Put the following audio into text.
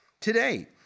today